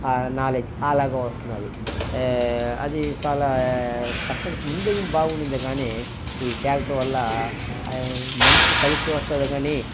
ఆ నాలెడ్జ్ అలాగ వస్తుంది అది అది చాలా కష్ట ముందే బాగున్నింది కానీ ఈ ట్యాక్టర్ వల్ల మనుషులు కలిసి వస్తుంది కానీ